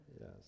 Yes